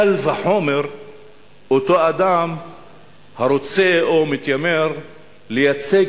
קל וחומר אותו אדם הרוצה או מתיימר לייצג